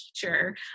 teacher